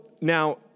now